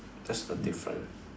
that's the difference